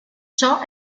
ciò